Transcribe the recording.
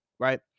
Right